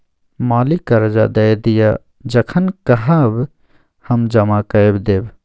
मालिक करजा दए दिअ जखन कहब हम जमा कए देब